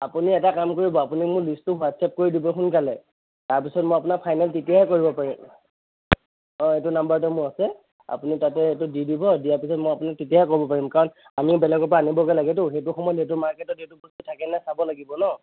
আপুনি এটা কাম কৰিব আপুনি মোক লিষ্টটো হোৱাটচএপ কৰি দিব সোনকালে তাৰ পিছত মই আপোনাক ফাইনেল তেতিয়াহে কৰিব পাৰিম অঁ এইটো নাম্বাৰতে মোৰ আছে আপুনি তাতে সেইটোত দি দিব দিয়াৰ পিছত মই আপোনাক তেতিয়াহে ক'ব পাৰিম কাৰণ আমিও বেলেগৰ পৰা আনিবগে লাগেটো সেইটো সময়ত সেইটো মাৰ্কেটত সেইটো বস্তু থাকেনে নাই চাব লাগিব ন